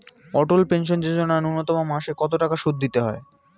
অটল pension যোজনা ন্যূনতম মাসে কত টাকা সুধ দিতে হয়?